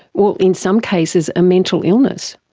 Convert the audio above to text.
or in some cases a mental illness.